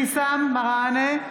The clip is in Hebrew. מראענה,